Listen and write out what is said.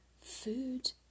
food